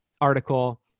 article